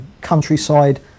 countryside